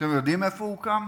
אתם יודעים איפה הוקם?